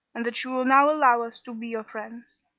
and that you will now allow us to be your friends.